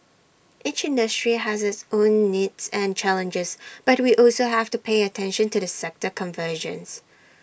each industry has its own needs and challenges but we also have to pay attention to the sector convergence